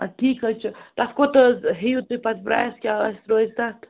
اَدٕ ٹھیٖک حظ چھُ تَتھ کوٗتاہ حظ ہیٚیِو تُہۍ پَتہٕ پرٛایِس کیٛاہ آسہِ روزِ تَتھ